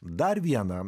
dar vieną